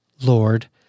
Lord